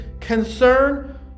concern